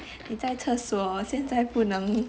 你在厕所现在不能